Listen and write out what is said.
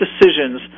decisions